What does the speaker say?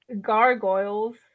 gargoyles